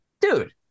Dude